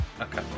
Okay